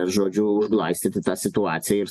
žodžiu užglaistyti tą situaciją ir